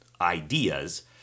ideas